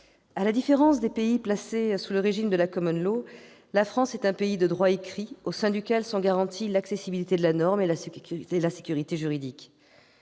à la différence des pays placés sous le régime de la, la France est un pays de droit écrit au sein duquel sont garanties l'accessibilité de la norme et la sécurité juridique.